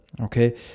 okay